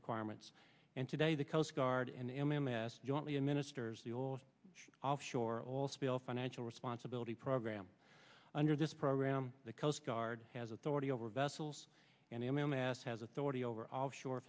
requirements and today the coast guard and m m s the only administers the oil offshore oil spill financial responsibility program under this program the coast guard has authority over vessels and m m s has authority over offshore